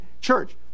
church